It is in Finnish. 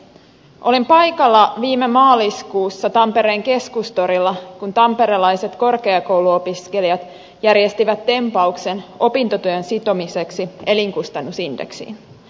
olin paikalla viime maaliskuussa tampereen keskustorilla kun tamperelaiset korkeakouluopiskelijat järjestivät tempauksen opintotuen sitomiseksi elinkustannusindeksiin